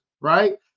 right